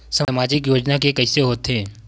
सामाजिक योजना के कइसे होथे?